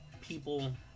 people